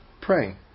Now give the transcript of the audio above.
Pray